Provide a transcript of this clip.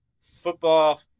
football